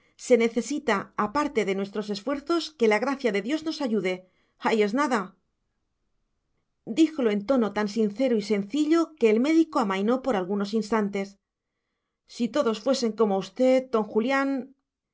se necesita aparte de nuestros esfuerzos que la gracia de dios nos ayude ahí es nada díjolo en tono tan sincero y sencillo que el médico amainó por algunos instantes si todos fuesen como usted don julián